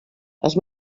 els